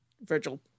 virgil